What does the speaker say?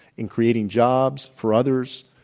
in creating jobs for others,